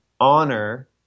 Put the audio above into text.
honor